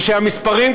ושהמספרים,